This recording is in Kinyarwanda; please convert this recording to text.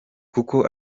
kuko